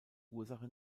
ursache